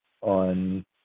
on –